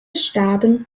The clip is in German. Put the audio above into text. starben